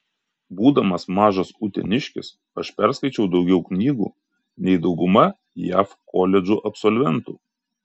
būdamas mažas uteniškis aš perskaičiau daugiau knygų nei dauguma jav koledžų absolventų